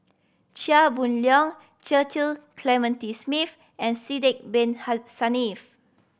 Chia Boon Leong Cecil Clementi Smith and Sidek Bin Saniff